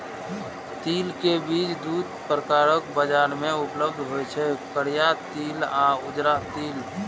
तिल के बीज दू प्रकारक बाजार मे उपलब्ध होइ छै, करिया तिल आ उजरा तिल